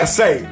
say